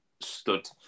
stood